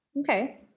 Okay